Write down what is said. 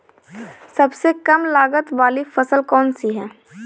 सबसे कम लागत वाली फसल कौन सी है?